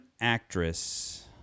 actress